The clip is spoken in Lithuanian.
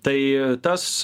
tai tas